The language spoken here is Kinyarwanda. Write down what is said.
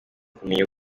kumenya